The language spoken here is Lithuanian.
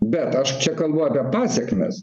bet aš čia kalbu apie pasekmes